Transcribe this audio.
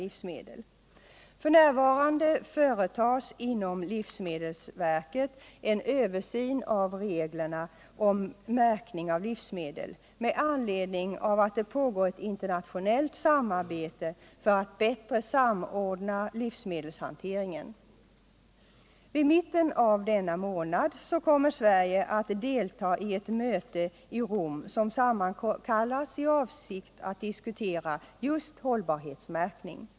I mitten av denna månad kommer Sverige att delta i ett möte i Rom som sammankallats i avsikt att diskutera just hållbarhetsmärkning.